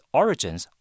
origins